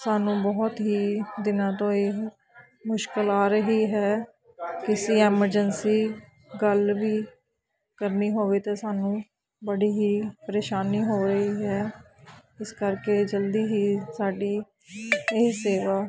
ਸਾਨੂੰ ਬਹੁਤ ਹੀ ਦਿਨਾਂ ਤੋਂ ਇਹ ਮੁਸ਼ਕਿਲ ਆ ਰਹੀ ਹੈ ਕਿਸੀ ਐਮਰਜਸੀ ਗੱਲ ਵੀ ਕਰਨੀ ਹੋਵੇ ਤਾਂ ਸਾਨੂੰ ਬੜੀ ਹੀ ਪਰੇਸ਼ਾਨੀ ਹੋ ਰਹੀ ਹੈ ਇਸ ਕਰਕੇ ਜਲਦੀ ਹੀ ਸਾਡੀ ਇਹ ਸੇਵਾ